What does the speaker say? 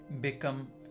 become